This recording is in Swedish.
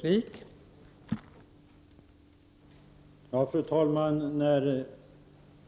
Fru talman!